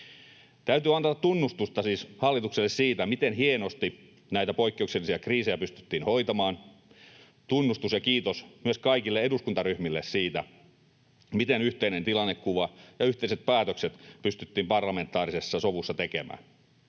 Täytyy siis antaa tunnustusta hallitukselle siitä, miten hienosti näitä poikkeuksellisia kriisejä pystyttiin hoitamaan. Tunnustus ja kiitos myös kaikille eduskuntaryhmille siitä, miten yhteinen tilannekuva ja yhteiset päätökset pystyttiin parlamentaarisessa sovussa tekemään,